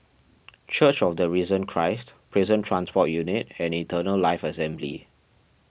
Church of the Risen Christ Prison Transport Unit and Eternal Life Assembly